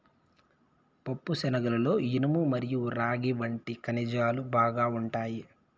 పప్పుశనగలలో ఇనుము మరియు రాగి వంటి ఖనిజాలు బాగా ఉంటాయి